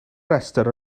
rhestr